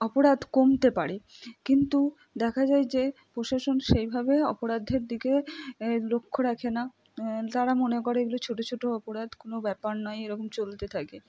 অপরাধ কমতে পারে কিন্তু দেখা যায় যে প্রশাসন সেইভাবে অপরাধের দিকে এ লক্ষ্য রাখে না তারা মনে করে এগুলো ছোটো ছোটো অপরাধ কোনও ব্যাপার নয় এরকম চলতে থাকে